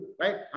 right